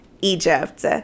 Egypt